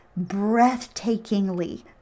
breathtakingly